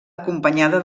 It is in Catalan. acompanyada